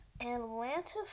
Atlanta